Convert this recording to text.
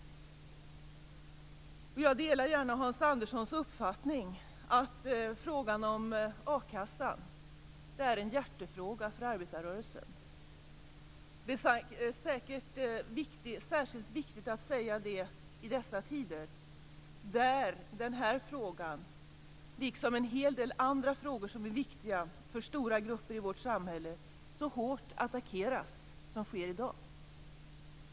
Jag delar gärna Hans Anderssons uppfattning att frågan om a-kassan är en hjärtefråga för arbetarrörelsen. Det är särskilt viktigt att säga det i dessa tider då den här frågan, liksom en hel del andra frågor som är viktiga för stora grupper i vårt samhälle, attackeras så hårt som i dag.